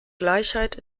gleichheit